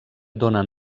dóna